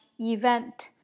event